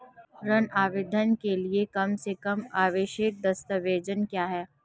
ऋण आवेदन के लिए कम से कम आवश्यक दस्तावेज़ क्या हैं?